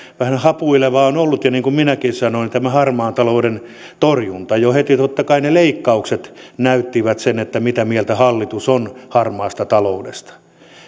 vähän hapuilevaa on ollut niin kuin minäkin sanoin tämä harmaan talouden torjunta jo heti totta kai ne leikkaukset näyttivät sen mitä mieltä hallitus on harmaasta taloudesta